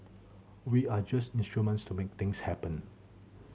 we are just instruments to make things happen